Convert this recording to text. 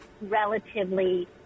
relatively –